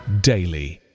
daily